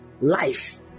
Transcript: life